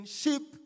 sheep